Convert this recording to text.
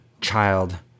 child